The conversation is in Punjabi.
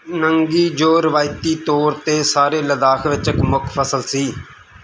ਨੰਗੀ ਜੋ ਰਵਾਇਤੀ ਤੌਰ 'ਤੇ ਸਾਰੇ ਲੱਦਾਖ ਵਿੱਚ ਇੱਕ ਮੁੱਖ ਫ਼ਸਲ ਸੀ